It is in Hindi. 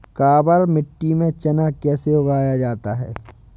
काबर मिट्टी में चना कैसे उगाया जाता है?